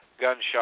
gunshot